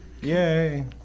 Yay